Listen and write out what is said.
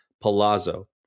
Palazzo